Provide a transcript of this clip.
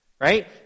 right